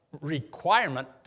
requirement